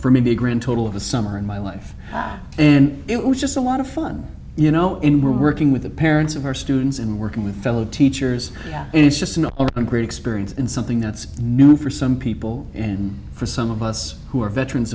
for maybe a grand total of a summer in my life and it was just a lot of fun you know in we're working with the parents of our students and working with fellow teachers and it's just not a great experience and something that's new for some people and for some of us who are veterans